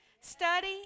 study